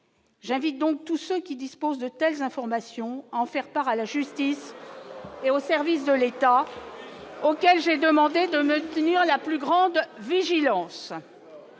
j'invite donc tous ceux qui disposent de telles informations. En faire part à la justice et au service de l'État, auquel j'ai demandé de maintenir la plus grande vigilance